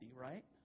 right